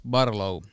Barlow